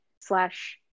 slash